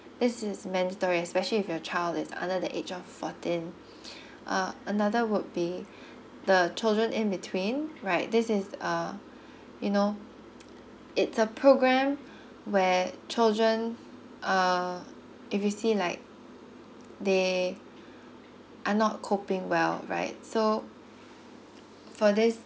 this is mandatory especially if your child is under the age of fourteen uh another would be the children in between right this is uh you know it's a program where children uh if you see like they are not coping well right so for this